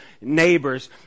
neighbors